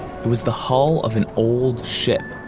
was the hull of an old ship.